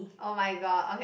oh-my-god okay